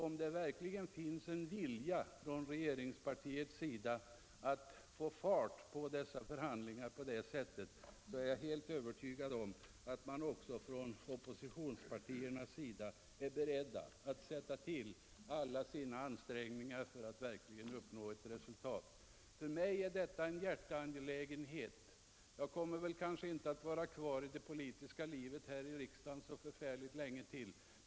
Om det verkligen finns en vilja hos regeringspartiet att få fart på förhandlingarna på det sättet är jag helt övertygad om att också oppositionspartierna är beredda att sätta till alla sina ansträngningar för att verkligen nå resultat. För mig är detta en hjärteangelägenhet. Jag kommer kanske inte att vara kvar i det politiska livet här i riksdagen så förfärligt länge till.